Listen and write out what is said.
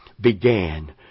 began